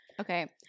Okay